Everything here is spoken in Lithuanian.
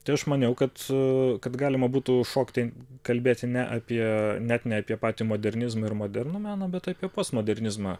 tai aš maniau kad kad galima būtų šokti kalbėti ne apie net ne apie patį modernizmo ir modernų meną bet apie postmodernizmą